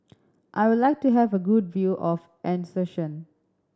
I would like to have a good view of Asuncion